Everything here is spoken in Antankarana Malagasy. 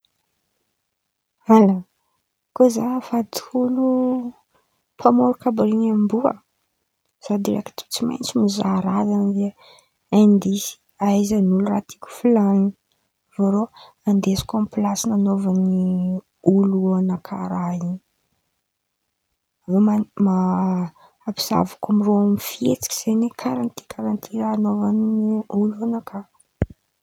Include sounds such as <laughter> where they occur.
Halà! Kô za avadikolo mpamôrika àby ren̈y amboa za direkity tsy maintsy mizaha raha zen̈y indisy ahaizan'olo raha tiako volan̈iny avy eo irô andesiko amy plasy nanaovan̈any olo anakà raha io, avy eo <hesitation> ampizahavoko amireo amy fietsiky zen̈y karàha ty karàha ty nanaovan̈any olo anaka.